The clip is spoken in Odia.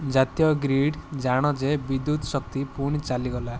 ଜାତୀୟ ଗ୍ରୀଡ଼ ଜାଣ ଯେ ବିଦ୍ୟୁତ ଶକ୍ତି ପୁଣି ଚାଲିଗଲା